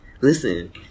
Listen